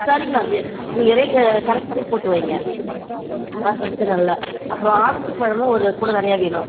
சரிங்கமா ஏ நீங்கள் ரேட் கணக்கு பண்ணி போட்டு வைங்க அது பிரச்சனை இல்லை அப்புறம் ஆரஞ்சு பழமும் ஒரு கூட நிறையா வேணும்